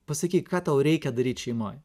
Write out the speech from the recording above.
pasakyk ką tau reikia daryt šeimoj